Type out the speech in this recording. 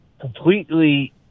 completely